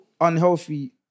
unhealthy